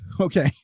Okay